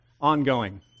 ongoing